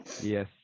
Yes